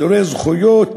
משוללי זכויות,